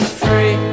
free